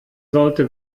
sollte